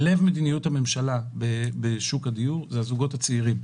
לב מדיניות הממשלה בשוק הדיור זה הזוגות הצעירים.